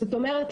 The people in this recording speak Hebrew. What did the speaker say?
זאת אומרת,